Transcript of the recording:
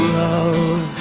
love